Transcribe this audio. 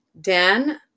Dan